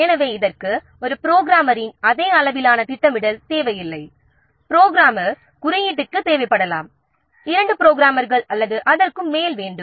ஆனால் ப்ரோக்ராம்மருக்கு அதே அளவிலான திட்டமிடல் தேவையில்லை புரோகிராமர் குறியீட்டுக்கு தேவைப்படலாம் இரண்டு புரோகிராமர்கள் அல்லது அதற்கு மேல் வேண்டும்